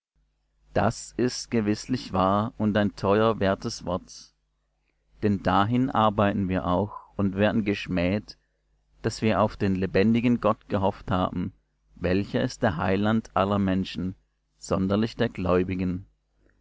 das ist gewißlich wahr und ein teuer wertes wort denn dahin arbeiten wir auch und werden geschmäht daß wir auf den lebendigen gott gehofft haben welcher ist der heiland aller menschen sonderlich der gläubigen